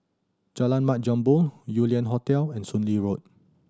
Jalan Mat Jambol Yew Lian Hotel and Soon Lee Road